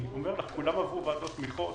אני אומר לך, כולן עברו ועדות תמיכות,